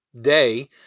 day